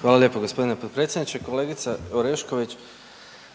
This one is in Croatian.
Hvala lijepo g. potpredsjedniče. Kolegice Orešković,